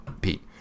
Pete